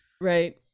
right